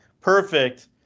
perfect